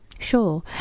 Sure